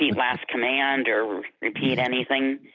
last command or repeat anything?